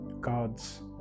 God's